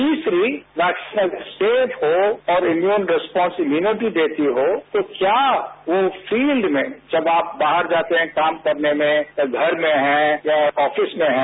तीसरी vaccine safe हो और और इम्यून रैस्पॉस इम्यूनिटी देती हो तो क्या वो फील्ड में जब आप बाहर जाते हैं काम करने में या घर में हैं या ऑफिस में हैं